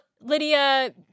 Lydia